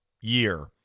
year